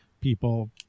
people